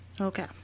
Okay